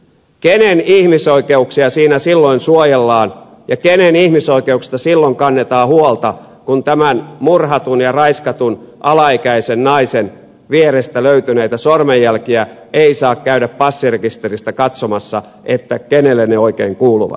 kenen ihmisoikeuksia siinä silloin suojellaan ja kenen ihmisoikeuksista silloin kannetaan huolta kun tämän murhatun ja raiskatun alaikäisen naisen vierestä löytyneitä sormenjälkiä ei saa käydä passirekisteristä katsomassa että kenelle ne oikein kuuluvat